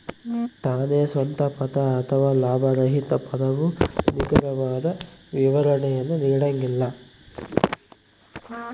ತಾನೇ ಸ್ವಂತ ಪದ ಅಥವಾ ಲಾಭರಹಿತ ಪದವು ನಿಖರವಾದ ವಿವರಣೆಯನ್ನು ನೀಡಂಗಿಲ್ಲ